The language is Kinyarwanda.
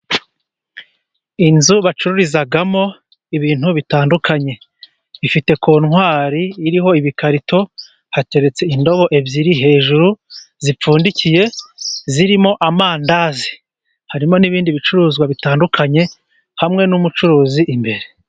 Inzu bacururizamo ibintu bitandukanye, bifite kontwari iriho ibikarito hateretse indobo ebyiri ,hejuru zipfundikiye zirimo amandazi . Harimo n'ibindi bicuruzwa bitandukanye, hamwe n'umucuruzi imbere.